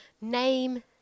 Name